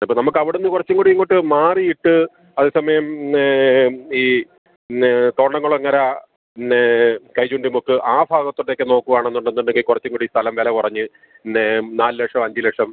ഇപ്പം നമുക്കവിടുന്ന് കുറച്ചും കൂടി ഇങ്ങോട്ട് മാറിയിട്ട് അതേ സമയം ഈ പിന്നെ തൊർണൻകുളങ്ങര നേ കൈചൂണ്ടിമുക്ക് ആ ഭാഗത്തോട്ടൊക്കെ നോക്കുവാണെന്നുണ്ടെന്ന് ഉണ്ടെങ്കിൽ കുറച്ചും കൂടി സ്ഥലം വില കുറഞ്ഞ് നേ നാല് ലക്ഷം അഞ്ച് ലക്ഷം